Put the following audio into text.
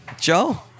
Joe